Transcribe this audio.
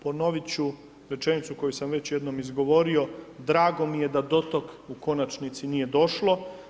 Ponovit ću rečenicu koju sam već jednom izgovorio, drago mi je da do tog u konačnici nije došlo.